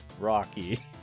Rocky